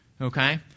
Okay